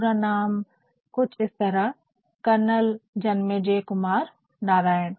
पूरा नाम कुछ इस तरह कर्नल जन्मेजय कुमार नारायण